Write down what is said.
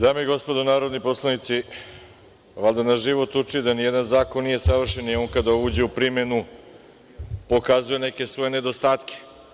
Dame i gospodo narodni poslanici, valjda nas život uči da ni jedan zakon nije savršen i on kada uđe u primenu, pokazuje neke svoje nedostatke.